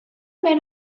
mewn